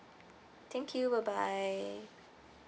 thank you bye bye